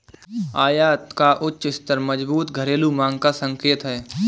आयात का उच्च स्तर मजबूत घरेलू मांग का संकेत है